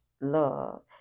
love